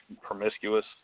promiscuous